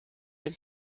dem